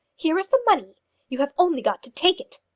here is the money you have only got to take it.